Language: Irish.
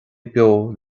beo